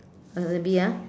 uh a bee ah